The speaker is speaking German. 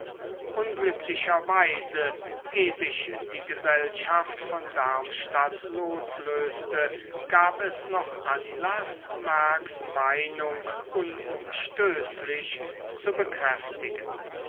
unglücklicherweise eh sich die gesellschaft von darmstadt loslöste gab es noch anlaß mercks meinung unumstößlich zu bekräftigen